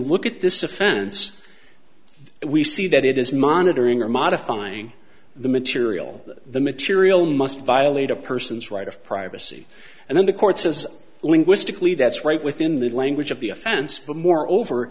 look at this offense we see that it is monitoring or modifying the material the material must violate a person's right of privacy and then the court says linguistically that's right within the language of the offense but more over